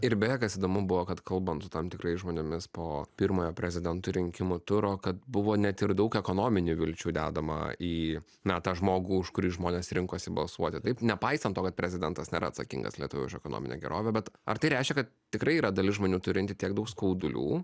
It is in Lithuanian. ir beje kas įdomu buvo kad kalbant su tam tikrais žmonėmis po pirmojo prezidento rinkimų turo kad buvo net ir daug ekonominių vilčių dedama į na tą žmogų už kurį žmonės rinkosi balsuoti taip nepaisant to kad prezidentas nėra atsakingas lietuvoje už ekonominę gerovę bet ar tai reiškia kad tikrai yra dalis žmonių turinti tiek daug skaudulių